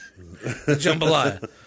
Jambalaya